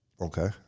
Okay